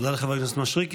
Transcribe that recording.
תודה לחבר הכנסת מישרקי.